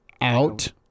out